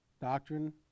doctrine